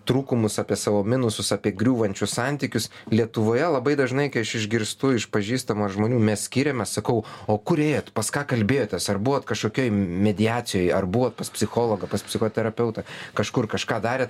trūkumus apie savo minusus apie griūvančius santykius lietuvoje labai dažnai kai aš išgirstu iš pažįstamų žmonių mes skiriamės sakau o kur ėjot pas ką kalbėjotės ar buvot kažkokioj mediacijoj ar buvot pas psichologą pas psichoterapeutą kažkur kažką darėt